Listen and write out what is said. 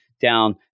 down